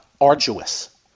arduous